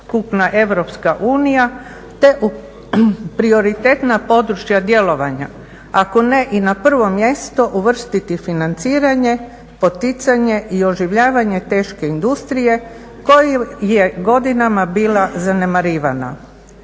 cjelokupna EU te u prioritetna područja djelovanja ako ne i na prvo mjesto uvrstiti financiranje, poticanje i oživljavanje teške industrije koja je godinama bila zanemarena.